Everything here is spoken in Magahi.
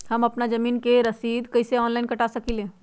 हम अपना जमीन के रसीद कईसे ऑनलाइन कटा सकिले?